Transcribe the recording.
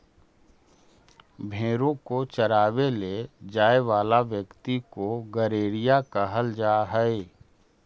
भेंड़ों को चरावे ले जाए वाला व्यक्ति को गड़ेरिया कहल जा हई